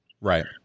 right